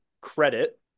credit